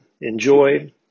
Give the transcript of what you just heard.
enjoy